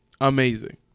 amazing